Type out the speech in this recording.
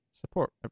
support